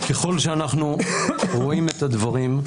ככל שאנחנו רואים את הדברים,